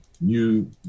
new